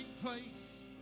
place